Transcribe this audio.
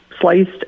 sliced